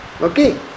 Okay